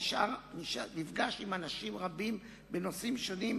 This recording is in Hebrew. השאר נפגש עם אנשים רבים בנושאים שונים,